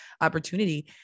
opportunity